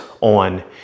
on